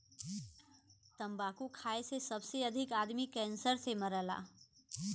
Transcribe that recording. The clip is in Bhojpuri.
तम्बाकू खाए से सबसे अधिक आदमी कैंसर से मरला